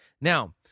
Now